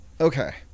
Okay